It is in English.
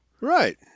Right